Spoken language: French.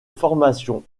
formation